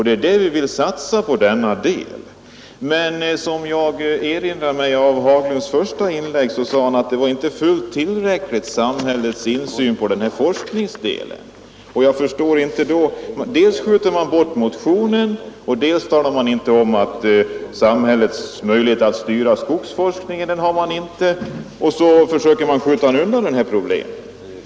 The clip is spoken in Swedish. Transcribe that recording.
Det är på denna del vi vill satsa. Som jag erinrar mig sade herr Haglund i sitt första inlägg att samhällets insyn i denna forskningsdel inte var fullt tillräcklig. Dels skjuter man bort motionen, dels talar man om att samhället inte har möjlighet att styra skogsforskningen. Så försöker man skjuta undan problemet.